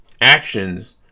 actions